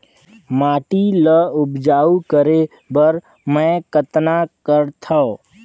माटी ल उपजाऊ करे बर मै कतना करथव?